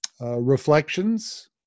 reflections